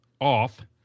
off